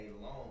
alone